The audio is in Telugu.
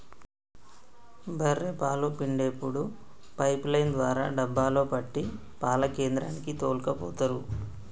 బఱ్ఱె పాలు పిండేప్పుడు పైపు లైన్ ద్వారా డబ్బాలో పట్టి పాల కేంద్రానికి తోల్కపోతరు